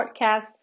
podcast